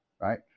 right